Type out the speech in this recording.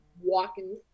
walking